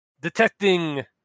detecting